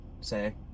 say